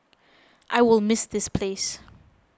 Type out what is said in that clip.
I will miss this place